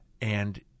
and-